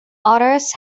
otters